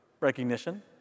recognition